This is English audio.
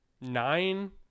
nine